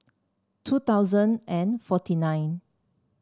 two thousand and forty nine